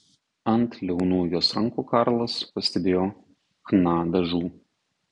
ant liaunų jos rankų karlas pastebėjo chna dažų